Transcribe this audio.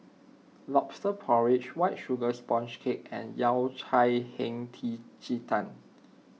Lobster Porridge White Sugar Sponge Cake and Yao Cai Hei Ji Tang